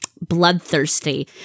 bloodthirsty